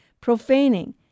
profaning